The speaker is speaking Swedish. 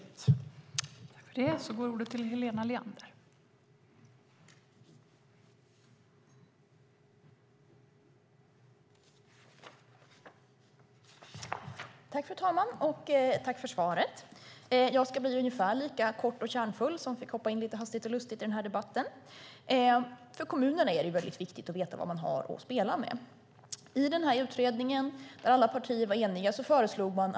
Då Mats Pertoft, som framställt interpellationen, anmält att han var förhindrad att närvara vid sammanträdet medgav tredje vice talmannen att Helena Leander i stället fick delta i överläggningen.